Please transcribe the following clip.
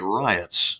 riots